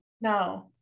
no